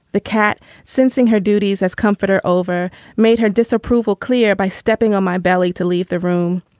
the cat syncing her duties as comforter over made her disapproval clear by stepping on my belly to leave the room.